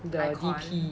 the D_P